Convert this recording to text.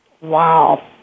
Wow